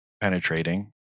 penetrating